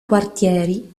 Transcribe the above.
quartieri